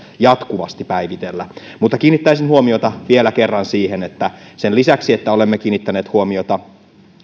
jatkuvasti päivitellä mutta kiinnittäisin huomiota vielä kerran siihen että sen lisäksi että olemme kiinnittäneet huomiota